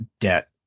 debt